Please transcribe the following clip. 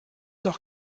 doch